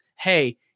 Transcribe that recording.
hey